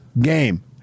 game